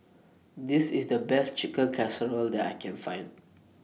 This IS The Best Chicken Casserole that I Can Find